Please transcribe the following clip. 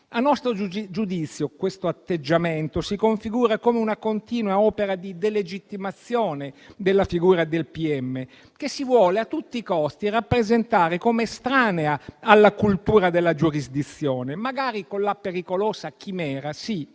A nostro giudizio, questo atteggiamento si configura come una continua opera di delegittimazione della figura del pubblico ministero, che si vuole a tutti i costi rappresentare come estranea alla cultura della giurisdizione, magari con la pericolosa chimera - sì,